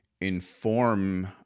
inform